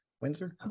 Windsor